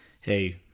hey